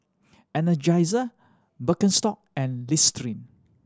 Energizer Birkenstock and Listerine